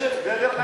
זו הדרך היחידה.